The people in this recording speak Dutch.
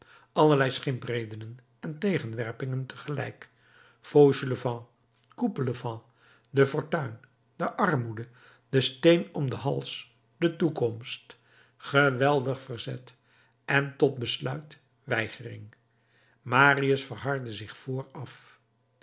allerlei schimpredenen en tegenwerpingen tegelijkertijd fauchelevent coupelevent de fortuin de armoede de steen om den hals de toekomst geweldig verzet en tot besluit weigering marius verhardde zich vooraf